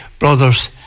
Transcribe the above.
brothers